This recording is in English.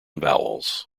vowels